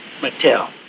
Mattel